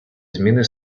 зміни